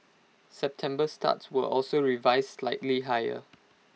September starts were also revised slightly higher